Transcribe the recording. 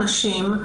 הנשים,